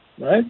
right